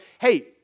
Hey